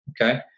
Okay